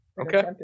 Okay